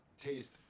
taste